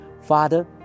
Father